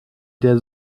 der